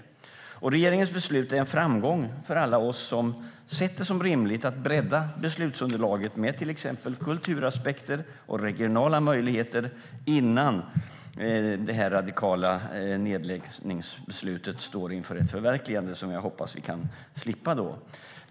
Regeringens beslut är en framgång för alla oss som sett det som rimligt att bredda beslutsunderlaget med till exempel kulturaspekter och regionala möjligheter innan det radikala nedläggningsbeslutet står inför ett förverkligande, vilket jag hoppas att vi då kan slippa.